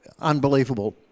unbelievable